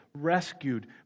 rescued